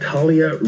Talia